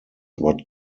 what